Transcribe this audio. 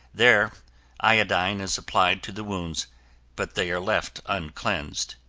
there iodine is applied to the wounds but they are left uncleansed.